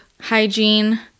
hygiene